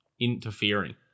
interfering